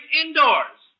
indoors